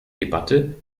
debatte